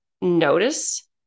notice